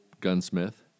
gunsmith